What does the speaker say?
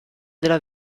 della